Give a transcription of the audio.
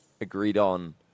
agreed-on